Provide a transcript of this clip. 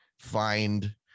Find